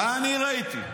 אני ראיתי.